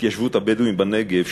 הבדואים בנגב,